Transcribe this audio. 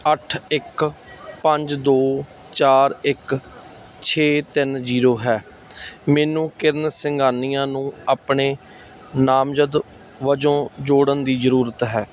ਅੱਠ ਇੱਕ ਪੰਜ ਦੋ ਚਾਰ ਇੱਕ ਛੇ ਤਿੰਨ ਜ਼ੀਰੋ ਹੈ ਮੈਨੂੰ ਕਿਰਨ ਸਿੰਘਾਨੀਆ ਨੂੰ ਆਪਣੇ ਨਾਮਜ਼ਦ ਵਜੋਂ ਜੋੜਨ ਦੀ ਜ਼ਰੂਰਤ ਹੈ